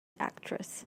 actress